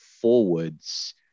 forwards